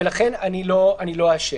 ולכן אני לא אאפשר.